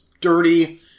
dirty